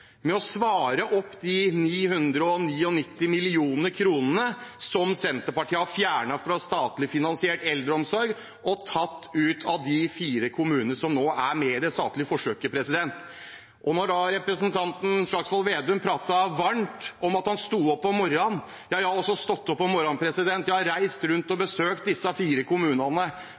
med å svare opp de 999 mill. kr som Senterpartiet har fjernet fra statlig finansiert eldreomsorg og tatt ut av de fire kommunene som nå er med i det statlige forsøket. Representanten Slagsvold Vedum pratet varmt om at han sto opp om morran – jeg har også stått opp om morran, jeg har reist rundt og besøkt disse fire kommunene